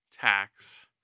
tax